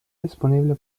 disponible